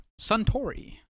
Suntory